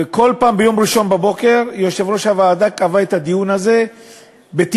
וכל פעם יושב-ראש הוועדה קבע את הדיון הזה ביום ראשון בבוקר,